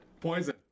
Poison